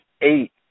eight